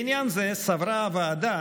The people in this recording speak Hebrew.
בעניין זה, סברה הוועדה